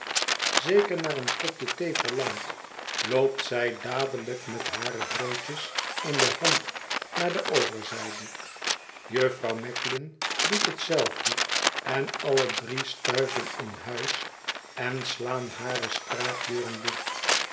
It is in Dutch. zeker naar een kopje thee verlangt loopt zij dadelijk met hare broodjes in de hand naar de overzijde jufvrouw macklin doet hetzelfde en alle drie stuiven in huis en slaan hare straatdeuren dicht